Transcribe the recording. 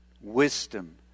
Wisdom